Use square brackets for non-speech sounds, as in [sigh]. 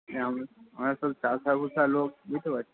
[unintelligible] আসল চাষাভুষা লোক বুঝতে পারছেন